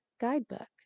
Guidebook